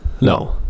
no